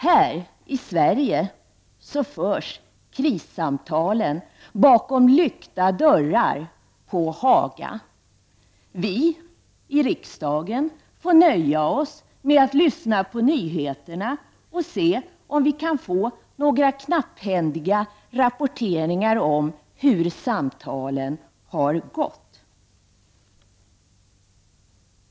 Här i Sverige förs krissamtalen bakom lyckta dörrar på Haga. Vi i riksdagen får nöja oss med att lyssna på nyheterna och se om vi kan få några knapphändiga rapporteringar om hur samtalen har gått.